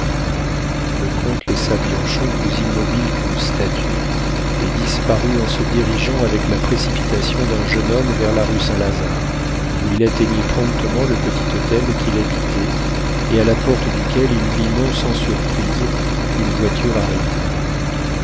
le comte laissa bianchon plus immobile qu'une statue et disparut en se dirigeant avec la précipitation d'un jeune homme vers la rue saint-lazare où il atteignit promptement le petit hôtel qu'il habitait et à la porte duquel il vit non sans surprise une voiture arrêtée